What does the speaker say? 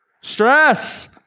Stress